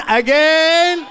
again